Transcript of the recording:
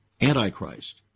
Antichrist